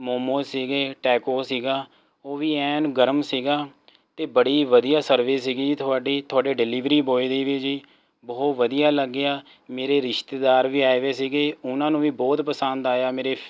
ਮੋਮੋਸ ਸੀਗੇ ਟੈਕੋ ਸੀਗਾ ਉਹ ਵੀ ਐਨ ਗਰਮ ਸੀਗਾ ਅਤੇ ਬੜੀ ਵਧੀਆ ਸਰਵਿਸ ਸੀਗੀ ਤੁਹਾਡੀ ਤੁਹਾਡੇ ਡਿਲਵਰੀ ਬੋਏ ਦੀ ਵੀ ਜੀ ਬਹੁਤ ਵਧੀਆ ਲੱਗਿਆ ਮੇਰੇ ਰਿਸ਼ਤੇਦਾਰ ਵੀ ਆਏ ਵੇ ਸੀਗੇ ਉਹਨਾਂ ਨੂੰ ਵੀ ਬਹੁਤ ਪਸੰਦ ਆਇਆ ਮੇਰੇ ਫ